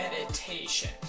Meditation